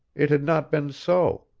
it had not been so.